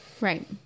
right